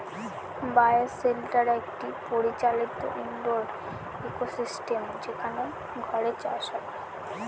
বায় shelter একটি পরিচালিত indoor ecosystem যেখানে ঘরে চাষ হয়